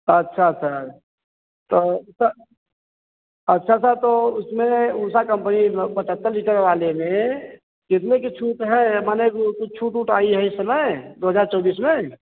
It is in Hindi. अच्छा सर तो सर अच्छा सर तो उसमें उषा कम्पनी पचहत्तर लीटर वाले मे कितने की छूट है मने कुछ छूट ऊट आई है इस समय दो हजार चौबीस में